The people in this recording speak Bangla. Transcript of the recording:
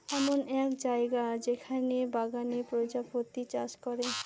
এমন এক জায়গা যেখানে বাগানে প্রজাপতি চাষ করে